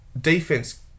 defense